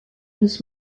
his